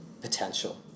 potential